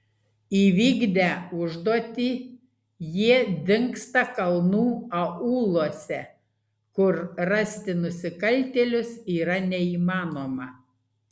įvykdę užduotį jie dingsta kalnų aūluose kur rasti nusikaltėlius yra neįmanoma